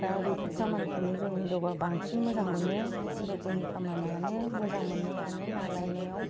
दा बेफोर खामानिखौनो जों हिन्जावफ्रा बांसिन मोजां मोनो हिन्जावफोरनि खामानियानो मोजां मोननायानो ना लायनायाव